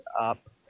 up